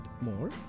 more